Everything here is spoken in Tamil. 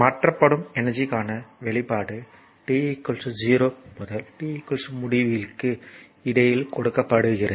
மாற்றப்படும் எனர்ஜிக்கான வெளிப்பாடு t 0 முதல் t முடிவிலிக்கு இடையில் கொடுக்கப்படுகிறது